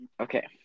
Okay